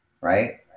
Right